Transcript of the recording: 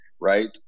right